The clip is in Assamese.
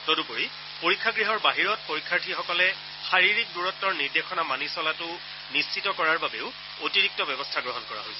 তদুপৰি পৰীক্ষাগৃহৰ বাহিৰত পৰীক্ষাৰ্থীসকলে শাৰীৰিক দূৰত্বৰ নিৰ্দেশনা মানি চলাটো নিশ্চিত কৰাৰ বাবেও অতিৰিক্ত ব্যৱস্থা গ্ৰহণ কৰা হৈছে